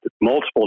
multiple